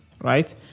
right